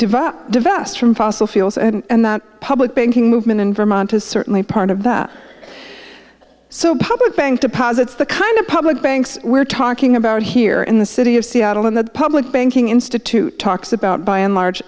up divest from fossil fuels and the public banking movement in vermont is certainly part of that so public bank deposits the kind of public banks we're talking about here in the city of seattle and the public banking institute talks about by and large